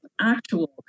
actual